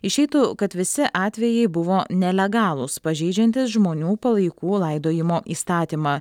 išeitų kad visi atvejai buvo nelegalūs pažeidžiantys žmonių palaikų laidojimo įstatymą